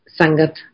Sangat